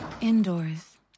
indoors